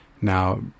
Now